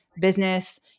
business